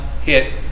hit